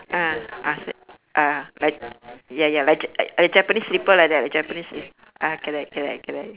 ah ah ah like ya ya like like japanese slipper like that japanese slipper ah correct correct correct